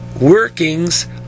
workings